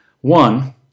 One